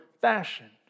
fashion